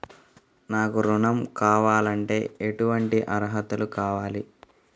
నాకు ఋణం కావాలంటే ఏటువంటి అర్హతలు కావాలి?